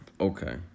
okay